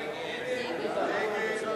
הצעת הסיכום